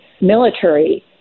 military